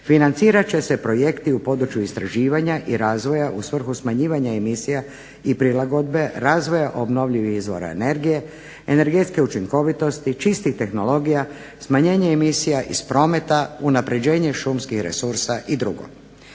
financirat će se projekti u području istraživanja i razvoja u svrhu smanjivanja emisija i prilagodbe, razvoja obnovljivih izvora energije, energetske učinkovitosti, čistih tehnologija, smanjenje emisija iz prometa, unapređenje šumskih resursa i dr.